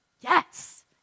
yes